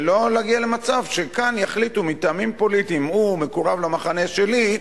ולא להגיע למצב שכאן יחליטו מטעמים פוליטיים: הוא מקורב למחנה שלי,